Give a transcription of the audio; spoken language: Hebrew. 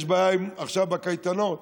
יש בעיה עכשיו בקייטנות,